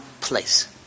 place